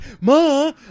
Ma